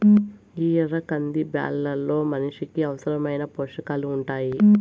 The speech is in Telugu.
ఈ ఎర్ర కంది బ్యాళ్ళలో మనిషికి అవసరమైన పోషకాలు ఉంటాయి